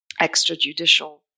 extrajudicial